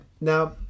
now